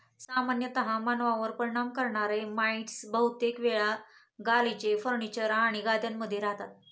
सामान्यतः मानवांवर परिणाम करणारे माइटस बहुतेक वेळा गालिचे, फर्निचर आणि गाद्यांमध्ये रहातात